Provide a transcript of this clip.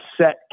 set